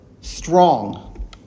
strong